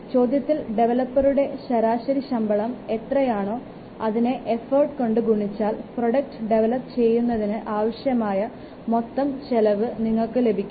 ചോദ്യത്തിൽ ഡെവലെപ്പറുടെ ശരാശരി ശമ്പളം എത്രയാണോ അതിനെ എഫോർട്ട് കൊണ്ട് ഗുണിച്ചാൽ പ്രോജക്റ്റ് ഡെവലപ് ചെയ്യുന്നതിന് ആവശ്യമായ മൊത്തം ചിലവ് നിങ്ങൾക്ക് ലഭിക്കും